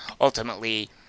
ultimately